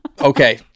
Okay